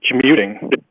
commuting